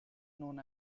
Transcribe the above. known